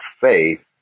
faith